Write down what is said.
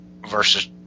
versus